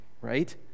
right